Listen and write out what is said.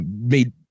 made